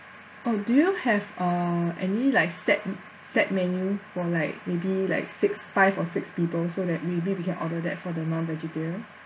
oh do you have uh any like set set menu for like maybe like six five or six people so that maybe we can order that for the non-vegetarian